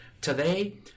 Today